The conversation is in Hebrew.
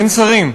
אין שרים.